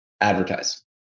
advertise